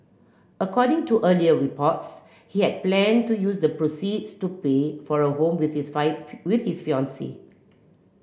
according to earlier reports he had planned to use the proceeds to pay for a home with his with his fiancee